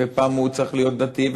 ופעם הוא צריך להיות דתי,